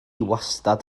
wastad